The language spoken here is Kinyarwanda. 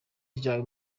ryawe